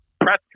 press